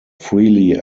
freely